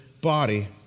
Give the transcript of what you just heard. body